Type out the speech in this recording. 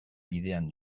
bidean